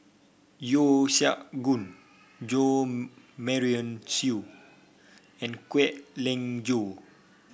Yeo Siak Goon Jo Marion Seow and Kwek Leng Joo